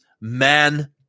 man